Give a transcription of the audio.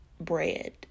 bread